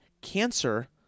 cancer